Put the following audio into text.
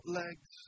legs